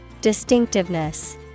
Distinctiveness